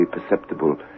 perceptible